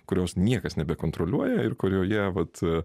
kurios niekas nebekontroliuoja ir kurioje vat